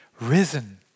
Risen